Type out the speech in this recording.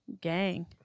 gang